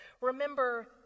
Remember